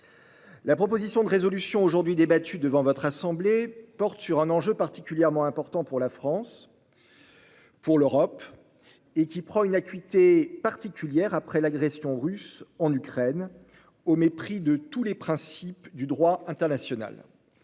La proposition de résolution qui est débattue aujourd'hui devant votre assemblée porte sur un enjeu particulièrement important pour la France, pour l'Europe, et prend une acuité particulière après l'agression russe en Ukraine, au mépris de tous les principes du droit international.